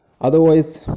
Otherwise